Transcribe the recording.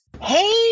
Hey